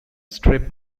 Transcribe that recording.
strip